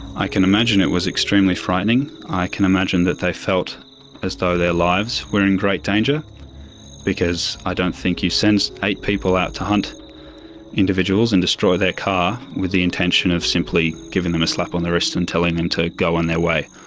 i can imagine it was extremely frightening. i can imagine that they felt as though their lives were in great danger because i don't think you send eight people out to hunt individuals and destroy their car with the intention of simply giving them a slap on the wrist and telling them to go on their way.